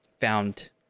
found